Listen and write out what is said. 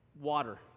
water